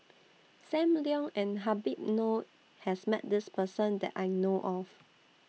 SAM Leong and Habib Noh has Met This Person that I know of